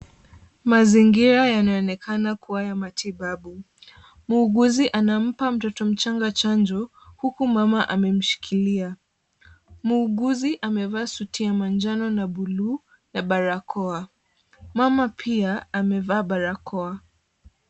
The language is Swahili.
Mazingira yanaonekana kuwa ya matibabu. Muuguzi anampa mtoto mchanga chanjo huku mama amemshikilia. Muuguzi amevaa suti ya manjano na bluu na barakoa. Mama pia amevaa barakoa.